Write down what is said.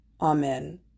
Amen